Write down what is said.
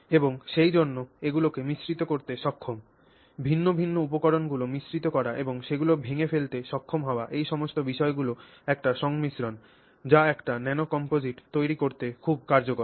এবং সেইজন্য এইগুলিকে মিশ্রিত করতে সক্ষম ভিন্ন ভিন্ন উপকরণগুলি মিশ্রিত করা এবং সেগুলি ভেঙে ফেলতে সক্ষম হওয়া এই সমস্ত বিষয়গুলি একটি সংমিশ্রণ যা একটি ন্যানো কমপোজিট তৈরি করতে খুব কার্যকর